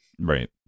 Right